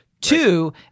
Two